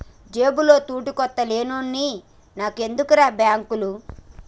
జేబుల తూటుకొత్త లేనోన్ని నాకెందుకుర్రా బాంకులు